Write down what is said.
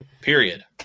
period